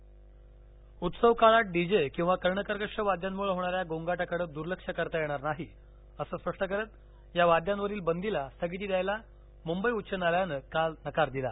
DJ उत्सव काळात DJ किंवा कर्ण कर्कश वाद्यांमुळे होणाऱ्या गोंगाटाकडे दूर्लक्ष करता येणार नाही अस स्पष्ट करत या वाद्यांवरील बंदीला स्थगिती द्यायला मुंबई उच्च न्यायालयानं काल नकार दिला